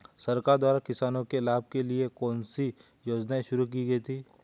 सरकार द्वारा किसानों के लाभ के लिए कौन सी योजनाएँ शुरू की गईं?